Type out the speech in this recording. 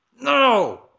No